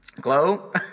GLOW